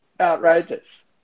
Outrageous